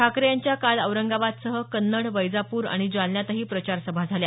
ठाकरे यांच्या काल औरंगाबादसह कन्नड वैजापूर आणि जालन्यातही प्रचार सभा झाल्या